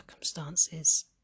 circumstances